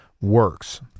works